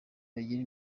babigira